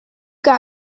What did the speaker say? got